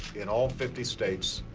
in all fifty states,